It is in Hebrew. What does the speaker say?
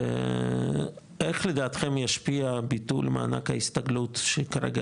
איך לדעתם ישפיע ביטול מענק ההסתגלות שכרגע,